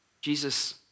Jesus